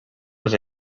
was